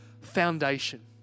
foundation